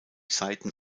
saiten